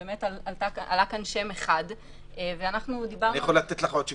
עלה כאן שם אחד --- אני יכול לתת לך עוד שמות.